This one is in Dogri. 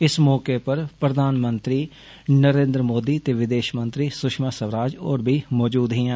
इस मौके उप्पर प्रधानमंत्री नरेन्द्र मोदी ते विदेष मंत्री सुशमा स्वराज होर बी मौजूद हियां